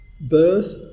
birth